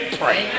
pray